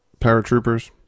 paratroopers